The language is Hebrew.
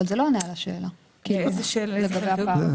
זה לא עונה על השאלה לגבי הפער.